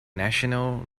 national